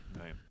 Right